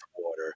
water